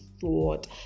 thought